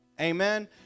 amen